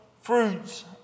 fruits